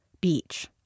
beach